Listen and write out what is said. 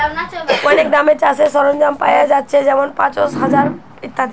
অনেক দামে চাষের সরঞ্জাম পায়া যাচ্ছে যেমন পাঁচশ, হাজার ইত্যাদি